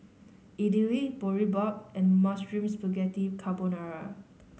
Idili Boribap and Mushroom Spaghetti Carbonara